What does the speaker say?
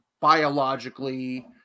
biologically